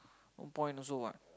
no point also what